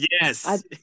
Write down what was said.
Yes